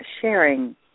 sharing